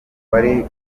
wari